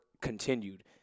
continued